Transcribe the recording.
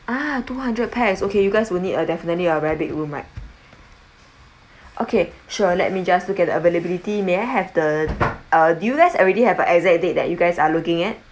ah two hundred pax okay you guys will need a definitely a very big room right okay sure let me just look at the availability may I have the uh do you guys already have a exact date that you guys are looking at